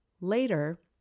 Later